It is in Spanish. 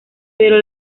pero